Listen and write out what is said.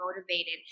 motivated